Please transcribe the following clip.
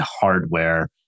hardware